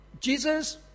Jesus